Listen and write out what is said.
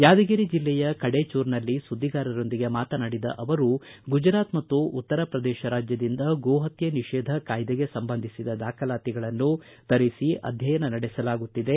ಯಾದಗಿರಿ ಜಿಲ್ಲೆಯ ಕಡೇಚೂರ್ನಲ್ಲಿ ಸುದ್ದಿಗಾರರೊಂದಿಗೆ ಮಾತನಾಡಿದ ಅವರು ಗುಜರಾತ್ ಮತ್ತು ಉತ್ತರಪ್ರದೇಶ ರಾಜ್ಜದಿಂದ ಗೋ ಪತ್ತೆ ನಿಷೇಧ ಕಾಯ್ದೆಗೆ ಸಂಬಂಧಿಸಿದ ದಾಖಲಾತಿಗಳನ್ನು ತರಿಸಿ ಅಧ್ಯಯನ ನಡೆಸಲಾಗುತ್ತಿದೆ